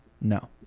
no